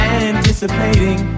anticipating